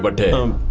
but damn!